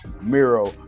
Miro